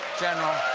general